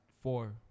four